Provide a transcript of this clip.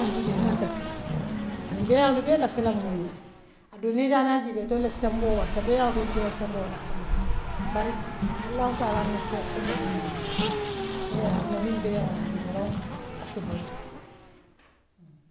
kassiila ňiŋ beyaaŋool bee kassiila mooolule aduŋ niŋ ikaanaa jiibee ntol la semboo warta beaŋ dool bijee wool la semboo warta hadama diŋo leti. Bari allahu taalaa mossfee hadama doroŋ le buuňaa wooleatina niŋ beaŋool yaa je doroŋ assi borila.